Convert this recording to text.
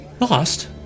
Lost